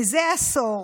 מזה עשור,